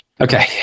Okay